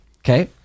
Okay